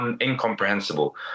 incomprehensible